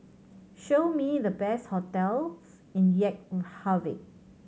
show me the best hotels in Reykjavik